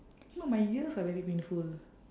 no my ears are very painful